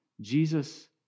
Jesus